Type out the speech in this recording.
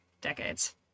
decades